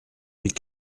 mille